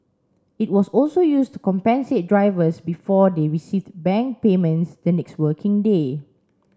it was also used to compensate drivers before they received bank payments the next working day